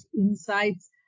insights